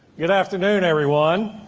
good afternoon everyone.